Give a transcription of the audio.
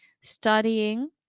studying